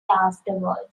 afterward